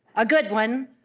a good one,